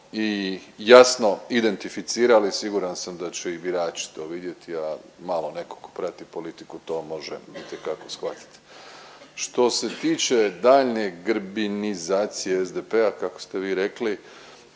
i jasno identificirali. Siguran sam da će i birači to vidjeti, a malo netko tko prati politiku to može itekako shvatiti. Što se tiče daljnje grbinizacije SDP-a kako ste vi rekli